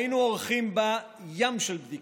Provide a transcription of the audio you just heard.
היינו עורכים בה ים של בדיקות,